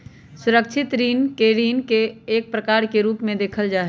सुरक्षित ऋण के ऋण के एक प्रकार के रूप में देखल जा हई